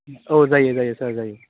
औ जायो जायो सार जायो